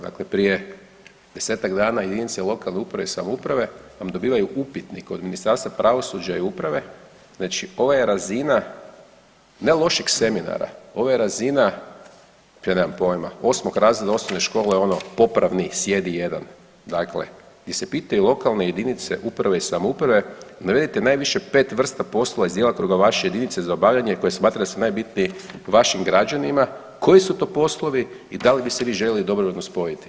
Dakle prije 10-tak dana jedinice lokalne uprave i samouprave vam dobivaju upitnik od Ministarstva pravosuđa i uprave znači ovo je razina ne lošeg seminara, ovo je razina, ja nemam pojma, osmog razreda osnovne škole ono popravni sjedi jedan, dakle gdje se pitaju lokalne jedinice uprave i samouprave navedite najviše 5 vrsta poslova iz … [[Govornik se ne razumije]] jedinice za obavljanje koje smatrate da su najbitniji vašim građanima, koji su to poslovi i da li bi se vi željeli dobrovoljno spojiti.